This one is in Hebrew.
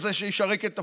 כזה שישרת את עפולה,